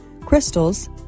crystals